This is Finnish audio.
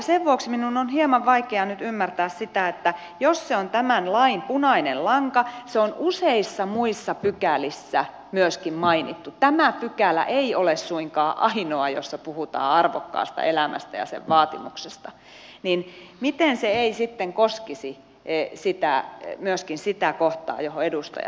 sen vuoksi minun on hieman vaikea nyt ymmärtää sitä että jos se on tämän lain punainen lanka se on myöskin useissa muissa pykälissä mainittu tämä pykälä ei ole suinkaan ainoa jossa puhutaan arvokkaasta elämästä ja sen vaatimuksesta niin miten se ei sitten koskisi myöskin sitä kohtaa johon edustaja tässä viittaa